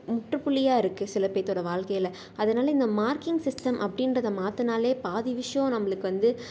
முற்று புள்ளியாக இருக்குது சில பேர்த்தோட வாழ்க்கையில் அதனால இந்த மார்க்கிங் சிஸ்டம் அப்படின்றத மாற்றினாலே பாதி விஷயோம் நம்மளுக்கு வந்து